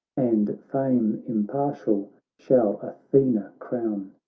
and fame impartial shall athena crown.